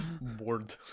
bored